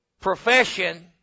profession